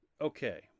Okay